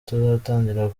tuzatangira